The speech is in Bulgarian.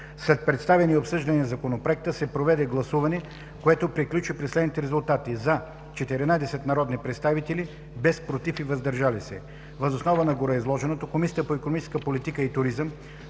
След представяне и обсъждане на Законопроекта се проведе гласуване, което приключи при следните резултати: „за“ 14 народни представители, без „против“ и „въздържали се“. Въз основа на гореизложеното Комисията по икономическа политика и туризъм